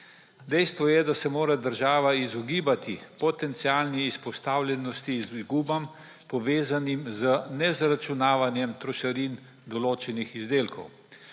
Dejstvo je, da se mora država izogibati potencialni izpostavljenosti izgubam, povezanimi z nezaračunavanjem trošarin določenih izdelkov.